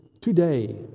today